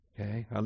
okay